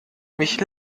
mich